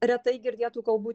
retai girdėtų kalbų